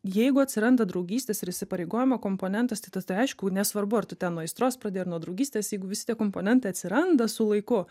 jeigu atsiranda draugystės ir įsipareigojimo komponentas tai tas tai aišku nesvarbu ar tu ten nuo aistros pradėjai nuo draugystės jeigu visi tie komponentai atsiranda su laiku